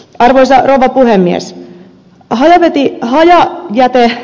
arvoisa rouva puhemies